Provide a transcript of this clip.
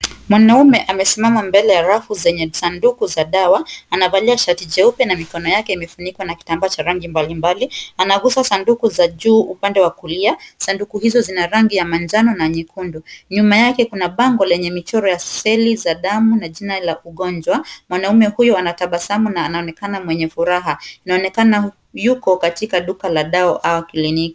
Mwanaume amesimama mbele ya rafu zenye sanduku za dawa, anavalia shati jeupe na mikono yake imefunikwa na kitambaa cha rangi mbalimbali. Anagusa sanduku za juu upande wa kulia, sanduku hizo zina rangi ya manjano na nyekundu. Nyuma yake kuna bango yenye michoro ya seli za damu na jina la ugonjwa. Mwanaume huyo anatabasamu na anaonekana mwenye furaha. Inaonekana yuko katika duka la dawa au kliniki.